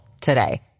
today